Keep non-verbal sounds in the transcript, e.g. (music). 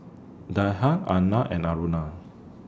(unintelligible) Arnab and Aruna